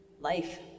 life